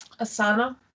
Asana